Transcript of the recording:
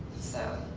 so